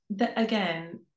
again